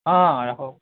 অঁ ৰাখক